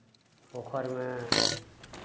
पोखरिमे